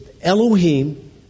Elohim